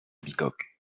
bicoque